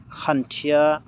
खान्थिया